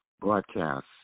broadcast